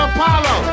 Apollo